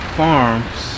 farms